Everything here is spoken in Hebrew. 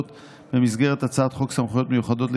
שקמה על בוגדנות במאות אלפי בוחרי ימין של